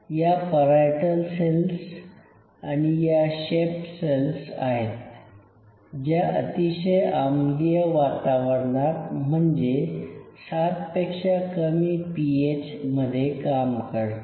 या parietal cells आणि chief cells आहेत ज्या अतिशय आम्लीय वातावरणात म्हणजे ७ पेक्षा कमी पीएच मध्ये काम करतात